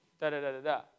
da-da-da-da-da